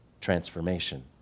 transformation